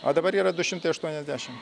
o dabar yra du šimtai aštuoniasdešim